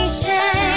shine